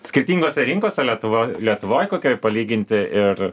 skirtingose rinkose lietuva lietuvoj kokioj palyginti ir